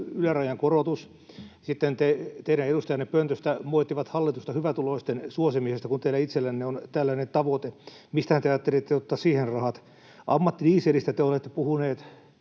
ylärajan korotus. Sitten teidän edustajanne pöntöstä moittivat hallitusta hyvätuloisten suosimisesta, kun teillä itsellänne on tällainen tavoite. Mistähän te ajattelitte ottaa siihen rahat? Ammattidieselistä te olette puhuneet.